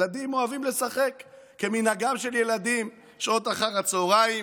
הילדים אוהבים לשחק כמנהגם של ילדים בשעות אחר הצוהריים.